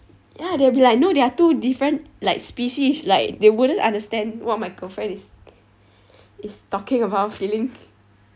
ya they will be like no they are two different like species like they wouldn't understand what my girlfriend is is talking about feeling